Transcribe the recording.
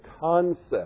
concept